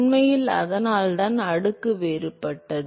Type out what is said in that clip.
உண்மையில் அதனால்தான் அடுக்கு வேறுபட்டது